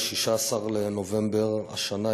16 בנובמבר השנה,